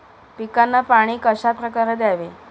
पिकांना पाणी कशाप्रकारे द्यावे?